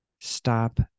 Stop